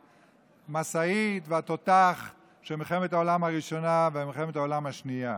והמשאית והתותח של מלחמת העולם הראשונה ומלחמת העולם השנייה.